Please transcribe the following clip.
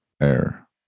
air